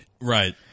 Right